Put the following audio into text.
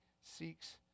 seeks